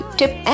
tip